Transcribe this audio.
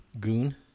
Goon